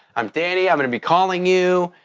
i'm danny. i'm going to be calling you.